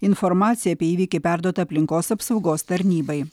informacija apie įvykį perduota aplinkos apsaugos tarnybai